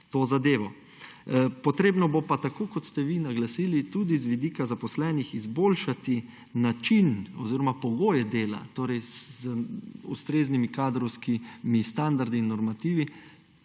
Potrebno bo pa, tako kot ste vi naglasili, tudi z vidika zaposlenih izboljšati način oziroma pogoje dela, torej z ustreznimi kadrovskimi standardi in normativi